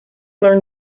learn